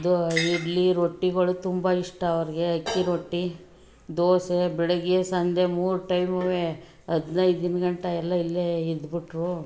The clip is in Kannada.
ದೊ ಇಡ್ಲಿ ರೊಟ್ಟಿಗಳು ತುಂಬ ಇಷ್ಟ ಅವ್ರಿಗೆ ಅಕ್ಕಿ ರೊಟ್ಟಿ ದೋಸೆ ಬೆಳಗ್ಗೆ ಸಂಜೆ ಮೂರು ಟೈಮುವೇ ಹದ್ನೈದು ದಿನಗಂಟ ಎಲ್ಲ ಇಲ್ಲೇ ಇದ್ಬಿಟ್ರು